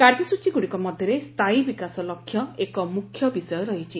କାର୍ଯ୍ୟସୂଚୀଗୁଡ଼ିକ ମଧ୍ୟରେ ସ୍ଥାୟୀ ବିକାଶ ଲକ୍ଷ୍ୟ ଏକ ମୁଖ୍ୟ ବିଷୟ ରହିଛି